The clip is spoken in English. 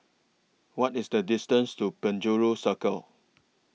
What IS The distance to Penjuru Circle